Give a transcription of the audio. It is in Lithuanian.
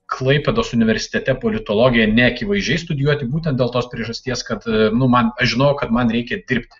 klaipėdos universitete politologiją neakivaizdžiai studijuoti būtent dėl tos priežasties kad nu man aš žinojau kad man reikia dirbti